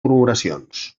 murmuracions